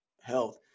health